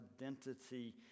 identity